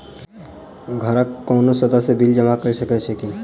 घरक कोनो सदस्यक बिल जमा कऽ सकैत छी की?